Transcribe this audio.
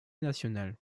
nationale